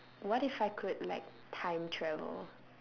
what if I could like time travel